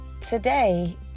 today